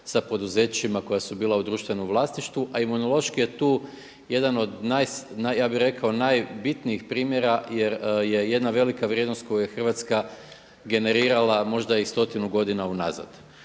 sa poduzećima koja su bila u društvenom vlasništvu, a Imunološki je tu jedan od najbitnijih primjera jer je jedna velika vrijednost koju je Hrvatska generirala možda i stotinu godina unazad.